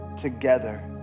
together